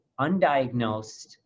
undiagnosed